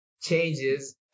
Changes